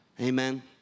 Amen